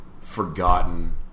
forgotten